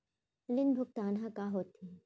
ऋण भुगतान ह का होथे?